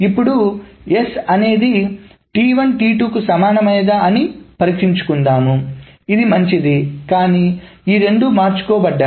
ఇప్పుడు S అనేది సమానమైనదా అని పరీక్షించుకుందాం ఇది మంచిది కానీ ఈ రెండు మార్చుకో బడ్డాయి